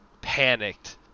panicked